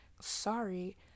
sorry